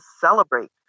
celebrate